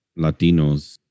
Latinos